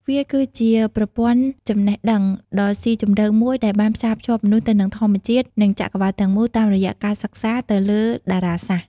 វាគឺជាប្រព័ន្ធចំណេះដឹងដ៏ស៊ីជម្រៅមួយដែលបានផ្សារភ្ជាប់មនុស្សទៅនឹងធម្មជាតិ និងចក្រវាឡទាំងមូលតាមរយៈការសិក្សាទៅលើតារាសាស្ត្រ។